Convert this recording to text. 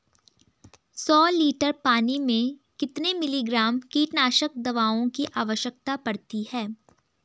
सौ लीटर पानी में कितने मिलीग्राम कीटनाशक दवाओं की आवश्यकता पड़ती है?